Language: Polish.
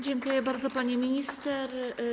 Dziękuję bardzo, pani minister.